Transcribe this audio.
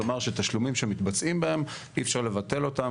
כלומר שתשלומים שמתבצעים בהם אי אפשר לבטל אותם